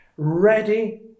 ready